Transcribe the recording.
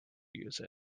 use